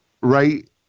right